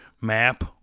map